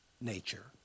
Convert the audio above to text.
nature